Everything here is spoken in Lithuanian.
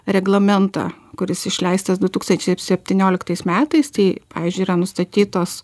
reglamentą kuris išleistas du tūkstančiai septynioliktais metais tai pavyzdžiui yra nustatytos